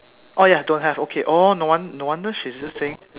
oh ya don't have okay oh no won~ no wonder she's just saying